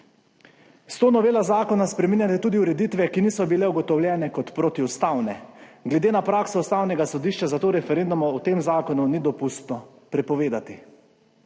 S to novelo zakona spreminjale tudi ureditve, ki niso bile ugotovljene kot protiustavne. Glede na prakso Ustavnega sodišča zato referenduma o tem zakonu ni dopustno prepovedati.